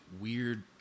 weird